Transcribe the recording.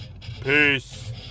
peace